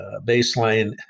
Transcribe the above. baseline